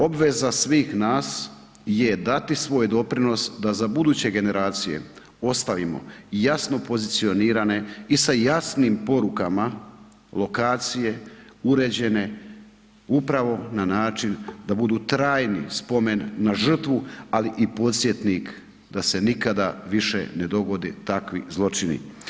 Obveza svih nas je dati svoj doprinos da za buduće generacije ostavimo jasno pozicionirane i sa jasnim porukama lokacije uređene upravo na način da budu trajni spomen na žrtvu, ali i podsjetnik da se nikada više ne dogodi takvi zločini.